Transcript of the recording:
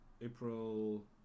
April